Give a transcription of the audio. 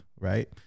right